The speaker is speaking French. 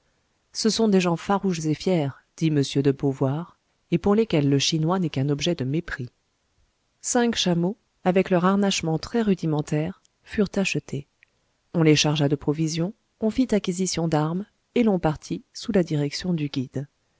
ce sont des gens farouches et fiers dit m de beauvoir et pour lesquels le chinois n'est qu'un objet de mépris cinq chameaux avec leur harnachement très rudimentaire furent achetés on les chargea de provisions on fit acquisition d'armes et l'on partit sous la direction du guide